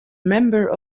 member